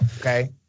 Okay